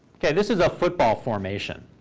yeah this is a football formation.